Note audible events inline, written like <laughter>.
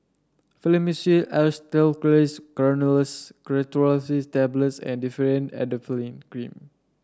Fluimucil <unintelligible> Granules <unintelligible> Tablets and Differin Adapalene Green